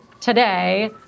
today